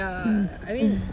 mm mm